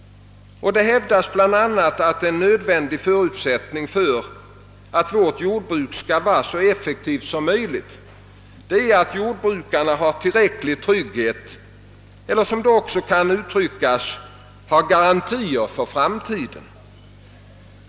Det hävdas bl.a. att en nödvändig förutsättning för att vårt jordbruk skall vara så effektivt som möjligt är att jordbrukarna har tillräcklig trygghet eller, som det också kan uttryckas, har garantier för framtiden.